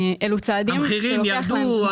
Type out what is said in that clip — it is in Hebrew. המחירים ירדו?